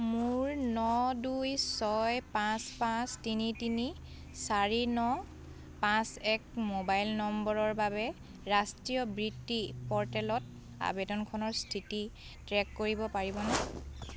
মোৰ ন দুই ছয় পাঁচ পাঁচ তিনি তিনি চাৰি ন পাঁচ এক ম'বাইল নম্বৰৰ বাবে ৰাষ্ট্ৰীয় বৃত্তি প'ৰ্টেলত আবেদনখনৰ স্থিতি ট্ৰে'ক কৰিব পাৰিবনে